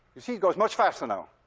you see it goes much faster now.